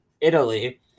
italy